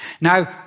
Now